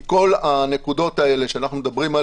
כל הנקודות האלה עליהן אנחנו מדברים,